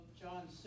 John